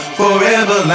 forever